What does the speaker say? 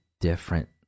different